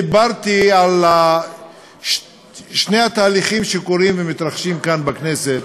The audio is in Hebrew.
דיברתי על שני התהליכים שקורים כאן בכנסת: